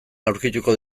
aurkituko